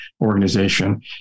organization